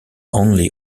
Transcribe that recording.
only